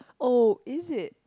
oh is it